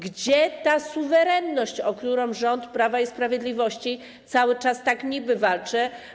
Gdzie ta suwerenność, o którą rząd Prawa i Sprawiedliwości niby cały czas tak walczy?